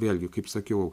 vėlgi kaip sakiau